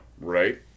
right